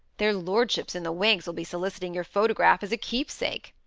their lordships in the wigs will be soliciting your photograph as a keepsake.